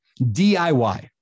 DIY